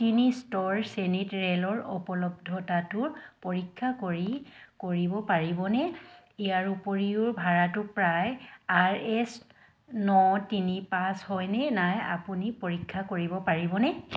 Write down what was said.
তিনি স্তৰ শ্ৰেণীত ৰে'লৰ উপলব্ধতাটো পৰীক্ষা কৰি কৰিব পাৰিবনে ইয়াৰ উপৰিও ভাড়াটো প্ৰায় আৰ এছ ন তিনি পাঁচ হয় নে নাই আপুনি পৰীক্ষা কৰিব পাৰিবনে